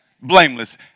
blameless